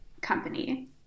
company